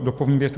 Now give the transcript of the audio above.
Dopovím větu.